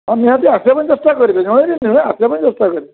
ହଁ ନିହାତି ଆସିବା ପାଇଁ ଚେଷ୍ଟା କରିବେ ଆସିବା ପାଇଁ ଚେଷ୍ଟା କରିବେ